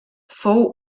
fou